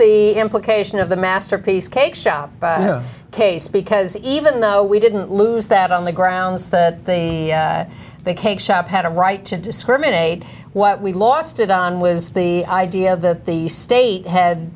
the implication of the masterpiece cake shop by case because even though we didn't lose that on the grounds that the cake shop had a right to discriminate what we lost it on was the idea that the state ha